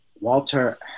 Walter